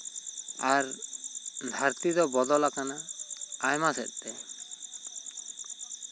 ᱟᱨ ᱫᱷᱟᱨᱛᱤ ᱫᱚ ᱵᱚᱫᱚᱞᱟᱠᱟᱱᱟ ᱟᱭᱢᱟ ᱥᱮᱫᱛᱮ